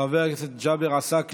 חבר הכנסת אלי אבידר,